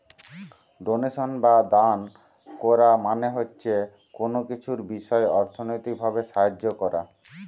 donation বা দান কোরা মানে হচ্ছে কুনো কিছুর বিষয় অর্থনৈতিক ভাবে সাহায্য কোরা